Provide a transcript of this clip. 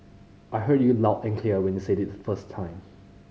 I heard you loud and clear when you said it the first time